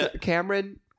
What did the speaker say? Cameron